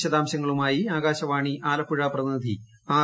വിശദാംശങ്ങളുമായി ആകാശവാണി ആലപ്പുഴ പ്രതിനിധി ആർ